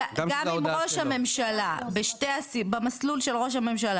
גם אם ראש הממשלה במסלול של ראש הממשלה,